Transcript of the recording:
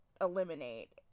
eliminate